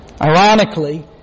Ironically